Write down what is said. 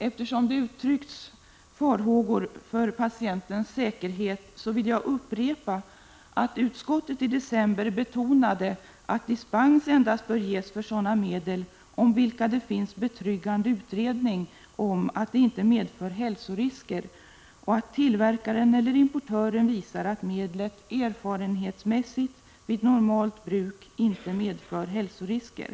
Eftersom det uttryckts farhågor för patienternas säkerhet vill jag upprepa att utskottet i december betonade att dispens bör ges endast för sådana medel, om vilka det finns betryggande utredning om att de inte medför hälsorisker. Vidare framhöll utskottet att tillverkaren eller importören för att dispens skall ges bör visa att medlet erfarenhetsmässigt vid normalt bruk inte medför hälsorisker.